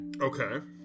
Okay